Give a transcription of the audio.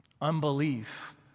Unbelief